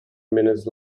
minutes